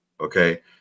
Okay